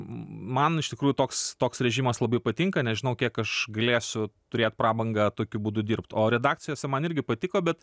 man iš tikrųjų toks toks režimas labai patinka nežinau kiek aš galėsiu turėt prabangą tokiu būdu dirbt o redakcijose man irgi patiko bet